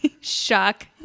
Shock